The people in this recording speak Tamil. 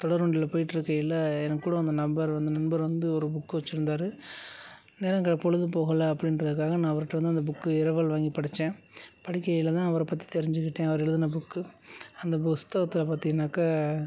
தொடர் வண்டியில் போயிகிட்ருக்கையில எனக்கு கூட வந்த நபர் வந்து அந்த நபர் வந்து ஒரு புக்கு வச்சுருந்தாரு நேரங்கள் பொழுது போகலை அப்படின்றதுக்காக நான் அவர்கிட்ட வந்து அந்த புக்கு இரவல் வாங்கி படித்தேன் படிக்கையில் தான் அவரைப் பற்றி தெரிஞ்சுக்கிட்டேன் அவர் எழுதுன புக்கு அந்த புஸ்தகத்தில் பார்த்தீங்கனாக்கா